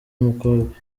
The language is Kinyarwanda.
w’umukobwa